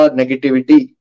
negativity